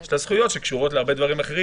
יש לה זכויות שקשורות להרבה דברים אחרים